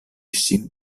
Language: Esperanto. ŝin